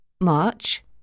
March